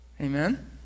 Amen